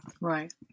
right